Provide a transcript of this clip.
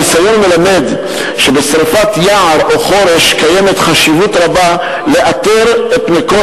הניסיון מלמד שבשרפת יער או חורש יש חשיבות רבה לאתר את מקור